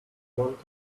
want